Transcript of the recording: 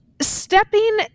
stepping